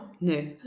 No